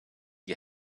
you